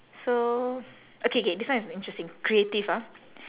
so okay K this one is interesting creative ah